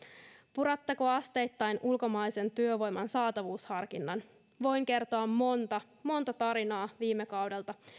puratteko asteittain ulkomaisen työvoiman saatavuusharkinnan voin kertoa monta monta tarinaa viime kaudelta